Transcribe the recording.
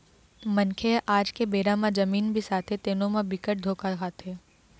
मनखे ह आज के बेरा म जमीन बिसाथे तेनो म बिकट धोखा खाथे